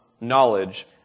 knowledge